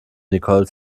nicole